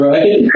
Right